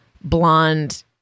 blonde